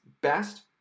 Best